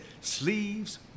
sleeves